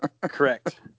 Correct